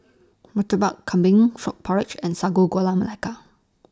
Murtabak Kambing Frog Porridge and Sago Gula Melaka